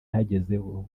hagezweho